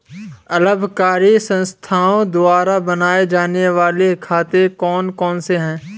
अलाभकारी संस्थाओं द्वारा बनाए जाने वाले खाते कौन कौनसे हैं?